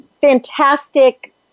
fantastic